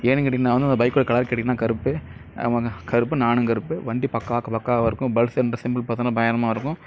ஏன்னு கேட்டீங்கன்னா நான் வந்து அந்த பைக்கோடய கலர் கேட்டீங்கன்னா கருப்பு கருப்பு நானும் கருப்பு வண்டி பக்கா பக்காவா இருக்கும் பல்சர் சிம்புல் பார்த்தனா பயங்கரமாக இருக்கும்